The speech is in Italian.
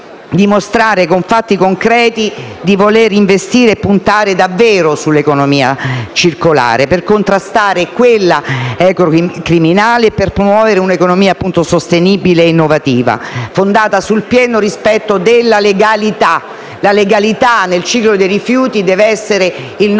dimostrare con fatti concreti di voler investire e puntare davvero sull'economia circolare per contrastare quella ecocriminale e promuovere un'economia sostenibile e innovativa, fondata sul pieno rispetto della legalità. La legalità nel ciclo dei rifiuti deve essere il nostro